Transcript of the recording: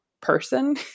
person